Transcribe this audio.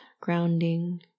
grounding